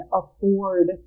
afford